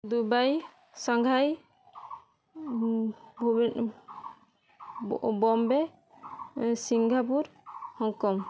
Dubai Shanghai Bombay Singapore Hong Kong